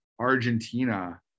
Argentina